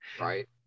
Right